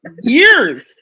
years